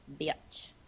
bitch